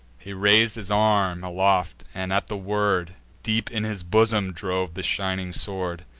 he rais'd his arm aloft, and, at the word, deep in his bosom drove the shining sword.